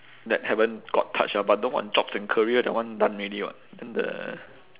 that haven't got touched ah but the one jobs and careers that one done already [what] then the